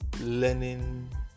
learning